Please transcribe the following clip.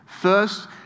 first